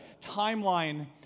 timeline